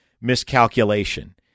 miscalculation